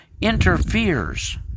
interferes